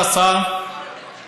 הוא לא פה.